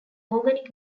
organic